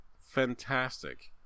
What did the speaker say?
Fantastic